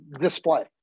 display